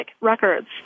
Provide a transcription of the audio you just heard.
records